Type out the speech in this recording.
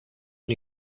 new